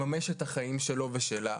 לממש את החיים שלו ושלה.